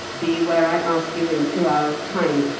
be where i ask you in two hours' time,